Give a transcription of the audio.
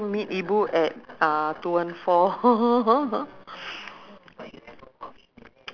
prawn ah ah you then you have you can have uh lobster